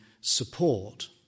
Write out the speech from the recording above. support